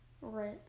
Right